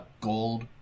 gold